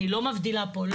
אני לא מבדילה פה,